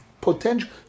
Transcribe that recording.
potential